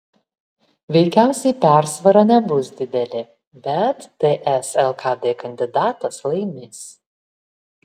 veikiausiai persvara nebus didelė bet ts lkd kandidatas laimės